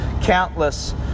countless